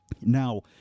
now